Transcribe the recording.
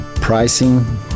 pricing